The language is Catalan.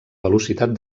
velocitat